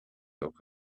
open